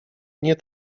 nie